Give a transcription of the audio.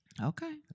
Okay